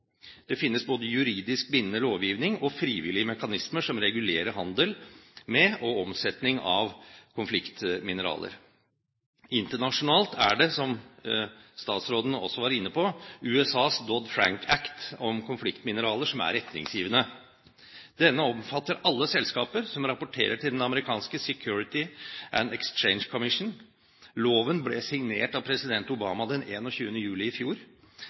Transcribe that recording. Det finnes både juridisk bindende lovgivning og frivillige mekanismer som regulerer handel med og omsetning av konfliktmineraler. Internasjonalt er det, som statsråden også var inne på, USAs Dodd-Frank Act om konfliktmineraler som er retningsgivende. Denne omfatter alle selskaper som rapporterer til The United States Securities and Exchange Commission. Loven ble signert av president Obama den 21. juli i fjor,